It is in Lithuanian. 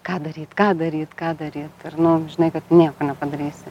ką daryt ką daryt ką daryt nu žinai kad nieko nepadarysi